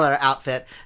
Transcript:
outfit